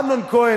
אמנון כהן,